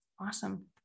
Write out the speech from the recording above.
Awesome